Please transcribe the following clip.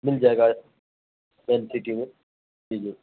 مل جائے گا مین سٹی میں جی جی